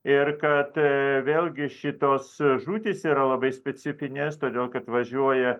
ir kad vėlgi šitos žūtys yra labai specifinės todėl kad važiuoja